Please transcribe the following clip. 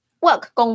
Work